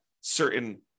certain